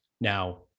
Now